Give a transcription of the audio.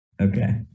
Okay